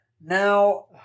now